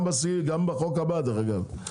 גם בחוק הבא, דרך אגב.